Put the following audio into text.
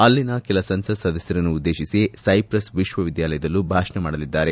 ಅಲ್ಲಿನ ಕೆಲ ಸಂಸತ್ ಸದಸ್ಟರನ್ನುದ್ದೇಶಿಸಿ ಸೈಪ್ರೆಸ್ ವಿಶ್ವವಿದ್ಯಾಲಯದಲ್ಲೂ ಭಾಷಣ ಮಾಡಲಿದ್ದಾರೆ